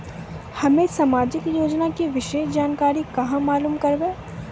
हम्मे समाजिक योजना के विशेष जानकारी कहाँ मालूम करबै?